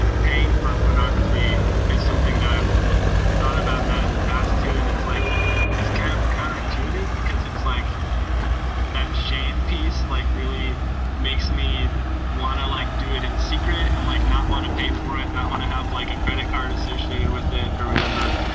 ah paying for pornography is something that i've thought about that in the past too. and it's like it's kind of counterintuitive because it's like that shame piece, like, really makes me want to, like, do it in secret and like, not want to pay for it. not want to have like a credit card associated with it or whatever.